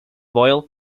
boiled